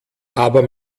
aber